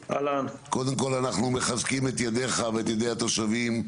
קודם כל אנחנו מחזקים את ידיך ואת ידי התושבים.